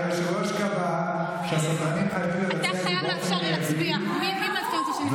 והיושב-ראש קבע שהסדרנים חייבים לבצע את זה באופן מיידי.